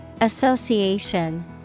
Association